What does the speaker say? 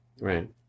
Right